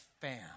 fan